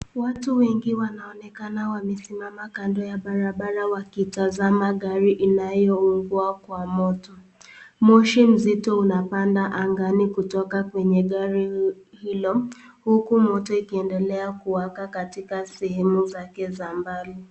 Watu wengi wanaonekana wamesimama kando ya barabara wakitazama gari inayoungua kwa moto. Moshi mzito unapanda angani kutoka kwenye gari hilo huku moto ikiendelea kuwaka katika sehemu zake za mbali.